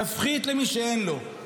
תפחית למי שאין לו,